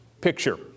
picture